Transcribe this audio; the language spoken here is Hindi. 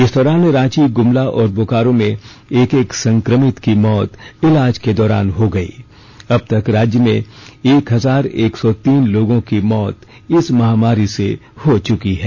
इस दौरान रांची गुमला और बोकारो में एक एक संक्रमित की मौत इलाज के दौरान हो गई राज्य में एक हजार एक सौ तीन लोगों की मौत इस महामारी से हो चुकी है